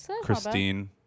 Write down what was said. Christine